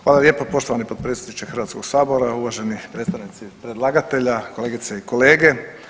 Hvala lijepo poštovani potpredsjedniče Hrvatskog sabora, uvaženi predstavnici Predlagatelja, kolegice i kolege.